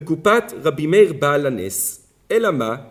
קופת רבי מאיר בעל הנס, אלא מה?